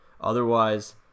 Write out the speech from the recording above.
Otherwise